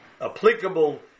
applicable